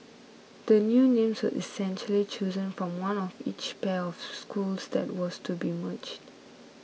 the new names were essentially chosen from one of each pair of schools that was to be merged